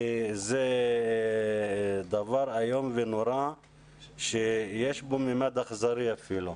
כי זה דבר איום ונורא שיש בו ממד אכזרי אפילו,